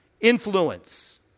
influence